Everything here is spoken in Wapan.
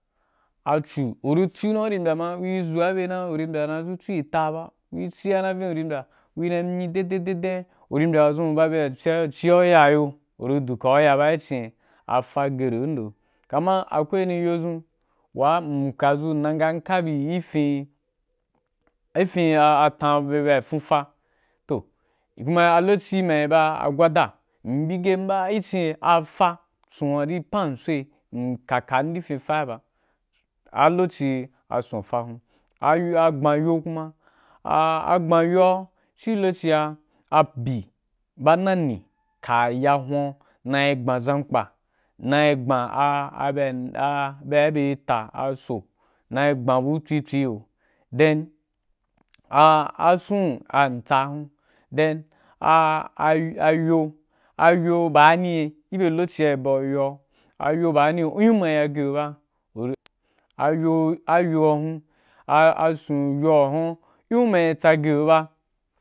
A cu, uri ci’u na ma u rí ci’u na ma u rí mbya ma u ri zaa bye ma u rí mbya zu cu ri ta ba, u rí cia na vīn u ri mbya ri na myi dei dei dei dei dei u ri mbya wa ʒun fye u rí cì u ya yo u du ka u ra ba i cín ye afa gyere u gìn ndo. Kamakwai wanì yo zun wa m kpazu m na nga m kebi yi fi, gi fi tan bye wa fon fa toh a lokoci ma iba a gwada, m’ bi gem’ba i ci ye, a fa, sun arī pan soī, m’ka’kam nádi fa a n ba. A lokoci ye, a sun fa hun. A yo a gban yo kuma a gban yo’a ci lokoci a a byi ba na ne ka ya ya huan na yi gban zamkpa, na ya gban a a a abye a bye in ta a so na yi gban bu i tsui tsuí i yo then a sun a ntsa hun then, a a yo, a yo bani gi bge lokoci a i ba’u a yo ‘a, ayo ba ni un u ma yi ya gye u ba u, a yo, a yo’a hun, asun yo a huan, in u ma yi tsa ge u ba.